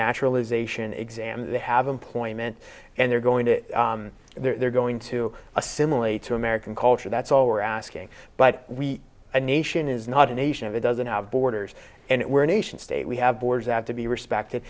naturalization exam they have employment and they're going to they're going to assimilate to american culture that's all we're asking but we nation is not a nation of it doesn't have borders and we're a nation state we have borders out to be respected